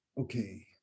Okay